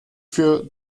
für